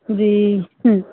जी